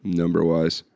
number-wise